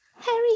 Harry